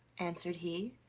answered he,